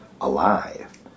alive